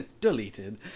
Deleted